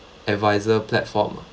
adviser platform